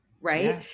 Right